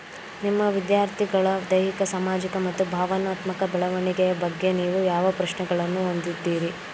ನಿಮ್ಮ ವಿದ್ಯಾರ್ಥಿಗಳ ದೈಹಿಕ ಸಾಮಾಜಿಕ ಮತ್ತು ಭಾವನಾತ್ಮಕ ಬೆಳವಣಿಗೆಯ ಬಗ್ಗೆ ನೀವು ಯಾವ ಪ್ರಶ್ನೆಗಳನ್ನು ಹೊಂದಿದ್ದೀರಿ?